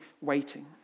waiting